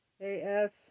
AF